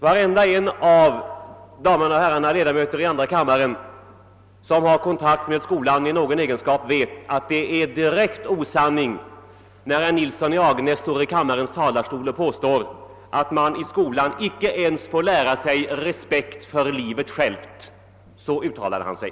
Varenda en av damerna och herrarna ledamöter i andra kammaren, som i någon egenskap har kontakt med skolan, vet att det var en direkt osanning som herr Nilsson i Agnäs framförde från kammarens talarstol då han påstod att man i skolan icke ens får lära sig respekt för livet självt — så uttalade han sig.